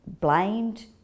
blamed